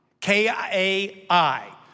K-A-I